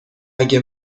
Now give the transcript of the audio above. اگه